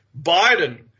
Biden